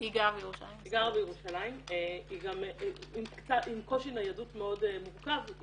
היא גם עם קושי ניידות מאוד מורכב,